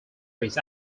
his